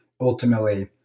ultimately